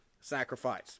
sacrifice